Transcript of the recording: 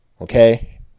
Okay